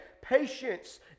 patience